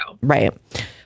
Right